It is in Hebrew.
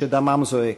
שדמם זועק.